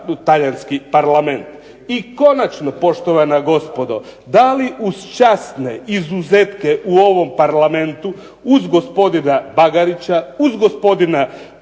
talijanski Parlament. I konačno poštovana gospodo da li uz časne izuzetke u ovom Parlamentu uz gospodina Bagarića, uz gospodina